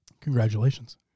Congratulations